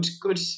good